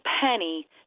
penny